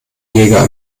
jäger